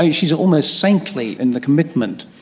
ah she's almost saintly in the commitment,